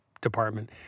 department